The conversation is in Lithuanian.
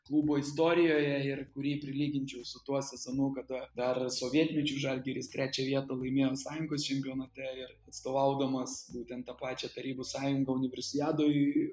klubo istorijoje ir kurį prilyginčiau su tuo sezonu kada dar sovietmečiu žalgiris trečią vietą laimėjo sąjungos čempionate ir atstovaudamas būtent tą pačią tarybų sąjungą universiadoj